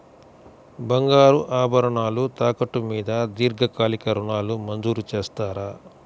బంగారు ఆభరణాలు తాకట్టు మీద దీర్ఘకాలిక ఋణాలు మంజూరు చేస్తారా?